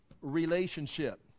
relationship